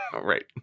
Right